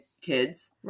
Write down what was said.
kids